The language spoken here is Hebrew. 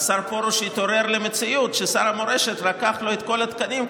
השר פרוש התעורר למציאות ששר המורשת לקח לו את כל התקנים,